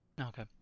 Okay